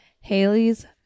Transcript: Haley's